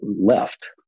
Left